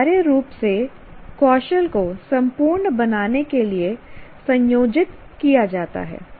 अनिवार्य रूप से कौशल को संपूर्ण बनाने के लिए संयोजित किया जाता है